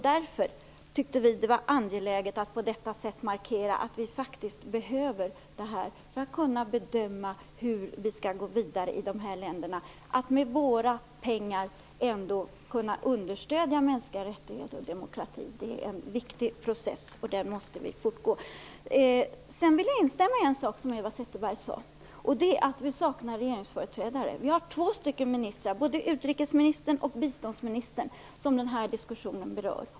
Därför tyckte vi att det var angeläget att på detta sätt markera att vi faktiskt behöver det här underlaget för att kunna bedöma hur vi skall gå vidare i de här länderna och med våra pengar understödja mänskliga rättigheter och demokrati. Det är en viktig process och den måste fortgå. Sedan vill jag instämma i en sak som Eva Zetterberg sade. Det är att vi saknar regeringsföreträdare. Vi har två stycken ministrar, både utrikesminister och biståndsminister, som den här diskussionen berör.